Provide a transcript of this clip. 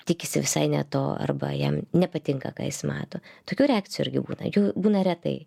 tikisi visai ne to arba jam nepatinka ką jis mato tokių reakcijų irgi būna jų būna retai